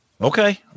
Okay